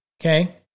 Okay